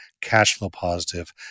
cash-flow-positive